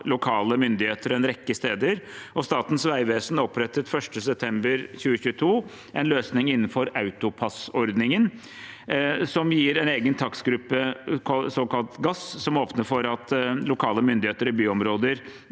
lokale myndigheter en rekke steder. Statens vegvesen opprettet 1. september 2022 en løsning innenfor AutoPASS-ordningen, som gir en egen takstgruppe – såkalt gass – som åpner for at lokale myndigheter i byområder